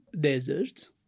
deserts